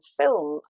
film